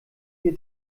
wir